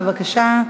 בבקשה.